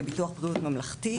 לביטוח בריאות ממלכתי.